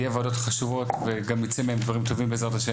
יהיו ועדות חשובות וגם יצאו מהם דברים טובים בעזרת ה',